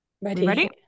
Ready